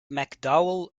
mcdowell